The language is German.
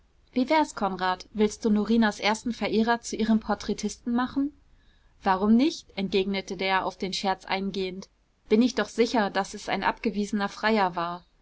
wie wär's konrad willst du norinas ersten verehrer zu ihrem porträtisten machen warum nicht entgegnete der auf den scherz eingehend bin ich doch sicher daß es ein abgewiesener freier war